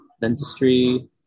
dentistry